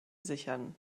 sichern